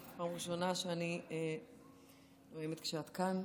פעם ראשונה שאני נואמת כשאת כאן,